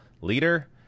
leader